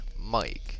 Mike